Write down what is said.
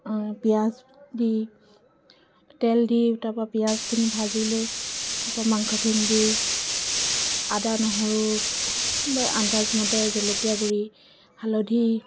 পিয়াজ দি তেল দি তাৰপৰা পিয়াজখিনি ভাজি লৈ তাৰপৰা মাংসখিনি দি আদা নহৰু আন্দাজমতে জলকীয়া গুড়ি হালধি